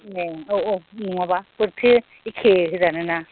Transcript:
ए औ औ नङाबा बोरैथो एखे होजानोना